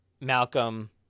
Malcolm